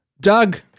Doug